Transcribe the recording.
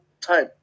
time